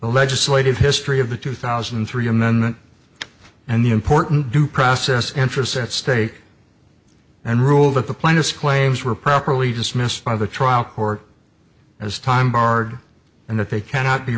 legislative history of the two thousand and three amendment and the important due process interests at stake and rule that the plaintiffs claims were properly dismissed by the trial court as time barred and that they cannot be